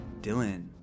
Dylan